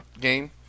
game